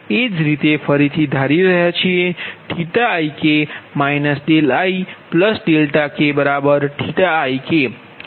એ જ રીતે ફરીથી ધારી રહ્યા છીએ ik ikik